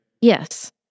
Yes